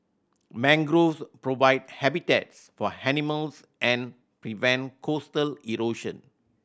mangroves provide habitats for animals and prevent coastal erosion